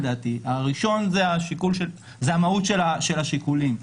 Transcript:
לדעתי: הראשון הוא המהות של השיקולים.